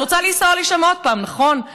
את רוצה לנסוע לשם עוד פעם, נכון?